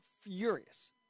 furious